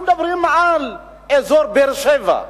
אנחנו מדברים על אזור באר-שבע,